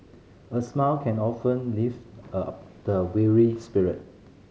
a smile can often lift up the weary spirit